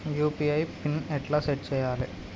UPI pin ఎట్లా set చేయాలే?